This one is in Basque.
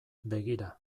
begira